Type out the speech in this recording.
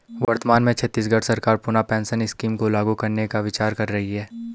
वर्तमान में छत्तीसगढ़ सरकार पुनः पेंशन स्कीम को लागू करने का विचार कर रही है